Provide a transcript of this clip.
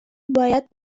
باید